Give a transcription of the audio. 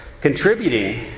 contributing